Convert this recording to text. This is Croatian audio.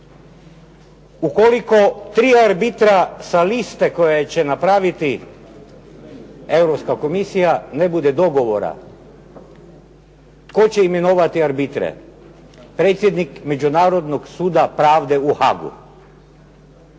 Ukoliko 3 arbitra sa liste koje će napraviti Europska komisija ne bude dogovora tko će imenovati arbitre? Predsjednik Međunarodnog suda pravde u Haagu.